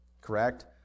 Correct